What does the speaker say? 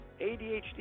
adhd